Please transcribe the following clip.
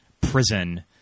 prison